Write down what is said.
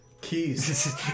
Keys